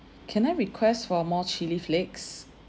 can I request for more chilli flakes